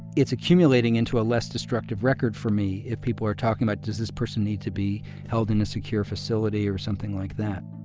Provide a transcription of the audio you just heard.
it's accumulating into a less destructive record for me if people are talking about does this person need to be held in a secure facility or something like that